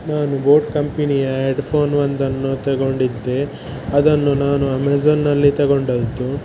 ನಾನು ಬೋಟ್ ಕಂಪೆನಿಯ ಎಡ್ಫೋನ್ ಒಂದನ್ನು ತೆಗೊಂಡಿದ್ದೆ ಅದನ್ನು ನಾನು ಅಮೇಝಾನ್ ಅಲ್ಲಿ ತಗೊಂಡದ್ದು